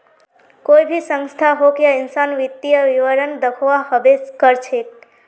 कोई भी संस्था होक या इंसान वित्तीय विवरण दखव्वा हबे कर छेक